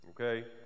Okay